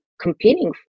competing